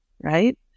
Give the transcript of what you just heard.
Right